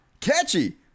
catchy